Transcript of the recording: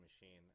machine